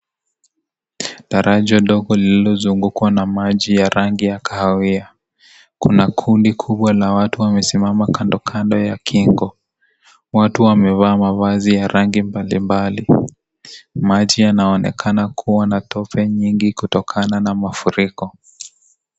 Daraja ndogo lililozungukwa na maji ya rangi ya kahawia. Kuna kundi kubwa la watu wamesimama kando kando ya kingo. Watu wamevaa mavazi ya rangi mbali mbali. Maji yanaonekana kuwa na tope nyingi kutokana na mafuriko.